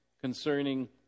concerning